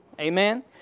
Amen